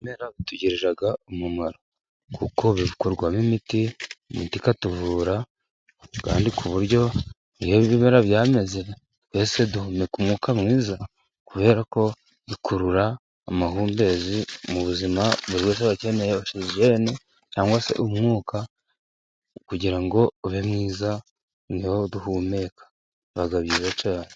Ibimera bitugirira umumaro, kuko bikorwamo imiti, imiti ikatuvura kandi ku buryo bireba byameze twese duhumeka umwuka mwiza, kubera ko ikurura amahumbezi mu buzima bwizaza bakeneye, ogisigene cyangwa se umwuka, kugirango ngo ube mwiza noneho duhumeka biba byiza cyane.